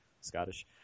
Scottish